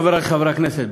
חברי חברי הכנסת,